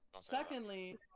Secondly